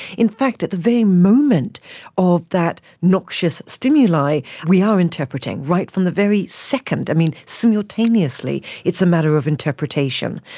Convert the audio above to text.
in fact, at the very moment of that noxious stimuli we are interpreting right from the very second, i mean simultaneously it's a matter of interpretation.